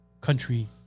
country